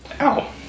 Ow